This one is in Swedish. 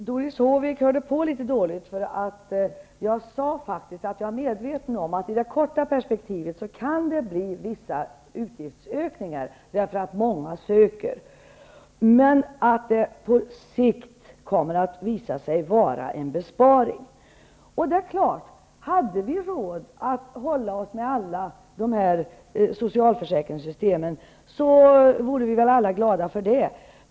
Fru talman! Doris Håvik hörde på litet dåligt, för jag sade faktiskt att jag är medveten om att det i det korta perspektivet kan bli vissa utgiftsökningar därför att många söker delpension, men att det på sikt kommer att visa sig vara en besparing. Hade vi råd att hålla oss med alla de här socialförsäkringssystemen, så vore vi väl alla glada för det.